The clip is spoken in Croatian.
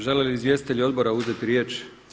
Žele li izvjestitelji odbora uzeti riječ?